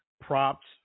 props